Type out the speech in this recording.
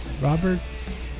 Roberts